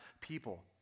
people